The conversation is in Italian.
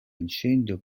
incendio